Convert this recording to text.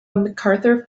macarthur